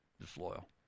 disloyal